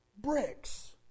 Bricks